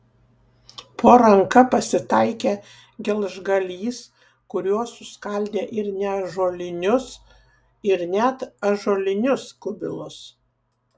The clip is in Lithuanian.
po ranka pasitaikė gelžgalys kuriuo suskaldė ir neąžuolinius ir net ąžuolinius kubilus